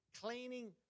cleaning